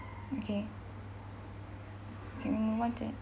okay mm what the